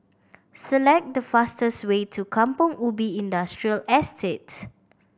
select the fastest way to Kampong Ubi Industrial Estate